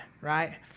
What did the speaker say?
right